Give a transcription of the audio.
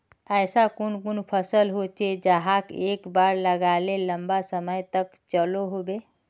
ऐसा कुन कुन फसल होचे जहाक एक बार लगाले लंबा समय तक चलो होबे?